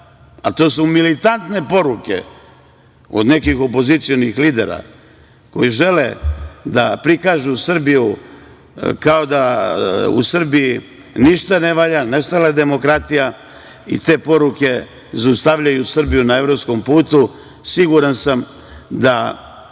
a to su militantne poruke, od nekih opozicionih lidera koji žele da prikažu Srbiju kao da u Srbiji ništa ne valja, nestala je demokratija i te poruke zaustavljaju Srbiju na evropskom putu. Siguran sam da